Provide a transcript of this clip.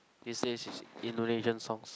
this is Indonesian songs